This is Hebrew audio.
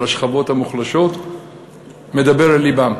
של השכבות המוחלשות מדברים אל לבם,